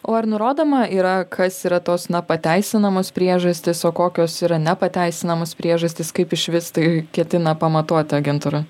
o ar nurodoma yra kas yra tos na pateisinamos priežastys o kokios yra nepateisinamos priežastys kaip išvis tai ketina pamatuoti agentūra